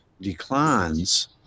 declines